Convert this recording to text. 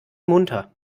munter